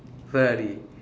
Ferrari